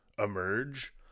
emerge